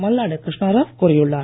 மல்லாடி கிருஷ்ணா ராவ் கூறியுள்ளார்